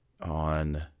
on